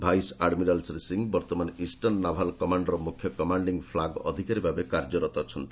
vice admiral Shri Singh ବର୍ତ୍ତମାନ eastern naval commander ମୁଖ୍ୟ commanding flag ଅଧିକାରୀ ଭାବେ କାର୍ଯ୍ୟରତ ଅଛନ୍ତି